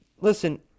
listen